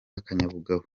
akanyabugabo